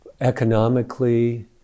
economically